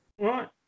right